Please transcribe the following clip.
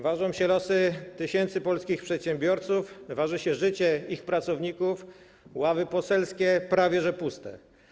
Ważą się losy tysięcy polskich przedsiębiorców, waży się życie ich pracowników, a ławy poselskie prawie puste.